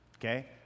okay